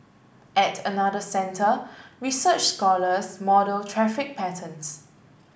at another centre research scholars model traffic patterns